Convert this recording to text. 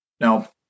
Now